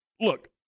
look